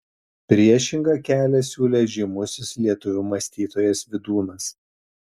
priešingą kelią siūlė žymusis lietuvių mąstytojas vydūnas